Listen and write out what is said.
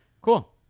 cool